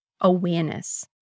awareness